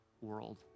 world